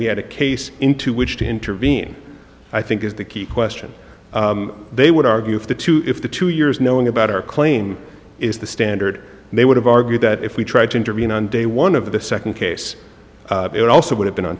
we had a case into which to intervene i think is the key question they would argue if the two if the two years knowing about our claim is the standard they would have argued that if we tried to intervene on day one of the second case it also would have been